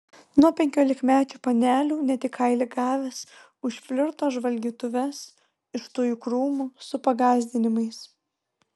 nuo penkiolikmečių panelių net į kailį gavęs už flirto žvalgytuves iš tujų krūmų su pagąsdinimais